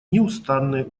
неустанные